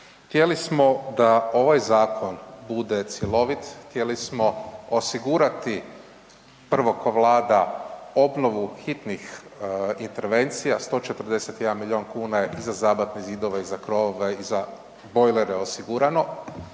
Htjeli smo da ovaj zakon bude cjelovit, htjeli smo osigurati prvo ko Vlada obnovu hitnih intervencija, 141 milijuna kuna je za zabatne zidove i za krovove i za bojlere osigurano.